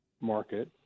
market